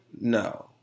No